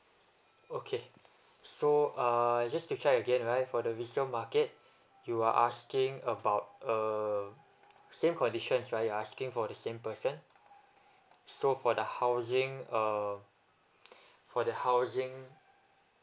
okay so uh just to check again right for the resale market you are asking about uh um same conditions right you're asking for the same person so for the housing um for the housing